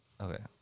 Okay